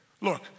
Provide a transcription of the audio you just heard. Look